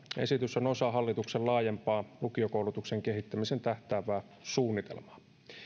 esitys on osa hallituksen laajempaa lukiokoulutuksen kehittämiseen tähtäävää suunnitelmaa